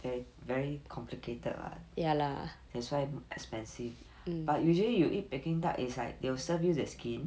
and very complicated [what] that's why expensive but usually you eat peking duck is like they will serve you the skin